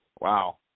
Wow